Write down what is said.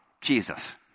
Jesus